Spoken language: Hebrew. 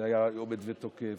שהיה עומד ותוקף,